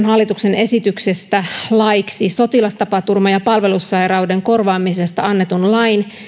hallituksen esityksestä laeiksi sotilastapaturman ja palvelussairauden korvaamisesta annetun lain